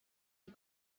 die